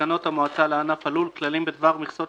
תקנות המועצה לענף הלול (כללים בדבר מכסות